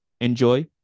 enjoy